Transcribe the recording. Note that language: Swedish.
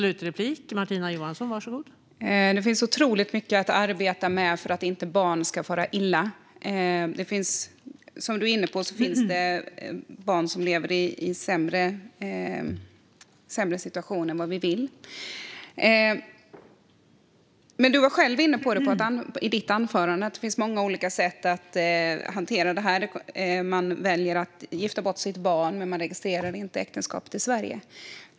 Fru talman! Det finns otroligt mycket att arbeta med för att barn inte ska fara illa. Som du är inne på finns det barn som lever i en sämre situation än vad vi vill. Men du var i ditt anförande själv inne på att det finns många olika sätt att hantera detta. Man väljer att gifta bort sitt barn men registrerar inte äktenskapet i Sverige.